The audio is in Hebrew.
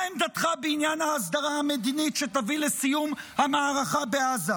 מה עמדתך בעניין ההסדרה המדינית שתביא לסיום המערכה בעזה?